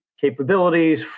capabilities